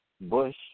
Bush